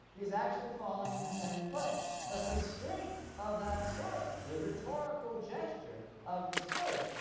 he's actually falling in the same place, but the strength of that swerve, the rhetorical gesture of the swerve,